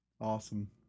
Awesome